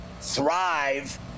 thrive